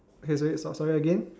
okay sorry stop sorry again